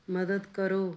ਮਦਦ ਕਰੋ